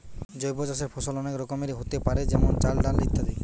জৈব চাষের ফসল অনেক রকমেরই হোতে পারে যেমন চাল, ডাল ইত্যাদি